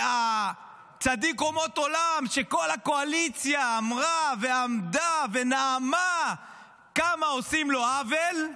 והצדיק אומות עולם שכל הקואליציה אמרה ועמדה ונאמה כמה עושים לו עוול,